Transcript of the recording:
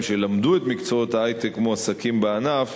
שלמדו את מקצועות ההיי-טק מועסקים בענף,